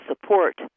support